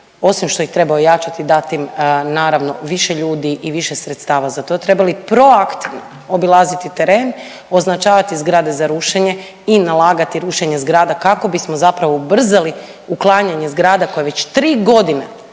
osim što ih treba ojačati i dati im naravno više ljudi i više sredstava za to, trebali proaktivno obilaziti teren, označavati zgrade za rušenje i nalagati rušenje zgrada kako bismo zapravo ubrzali uklanjanje zgrada koje već 3 godine